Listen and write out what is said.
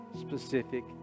specific